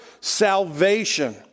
salvation